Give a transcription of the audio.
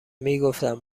میگفتم